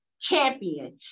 champion